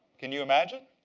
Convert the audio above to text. can you imagine?